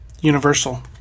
Universal